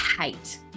hate